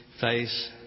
face